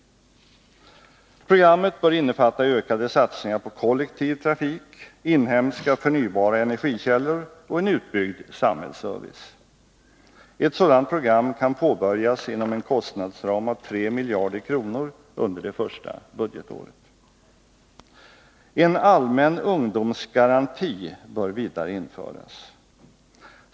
Programmet bör också innefatta ökade satsningar på kollektiv trafik, inhemska och förnybara energikällor och en utbyggd samhällsservice. Ett sådant program kan påbörjas inom en kostnadsram av 3 miljarder kronor under det första budgetåret. En allmän ungdomsgaranti bör vidare införas.